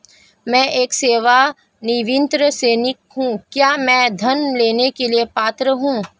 मैं एक सेवानिवृत्त सैनिक हूँ क्या मैं ऋण लेने के लिए पात्र हूँ?